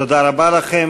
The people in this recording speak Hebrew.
תודה רבה לכם.